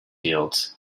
fields